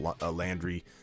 Landry